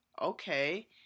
okay